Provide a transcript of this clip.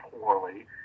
poorly